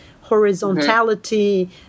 horizontality